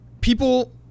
People